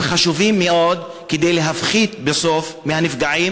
הוא חשוב מאוד כדי להפחית בסוף מהנפגעים